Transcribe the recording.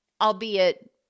albeit